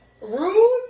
Rude